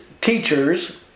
teachers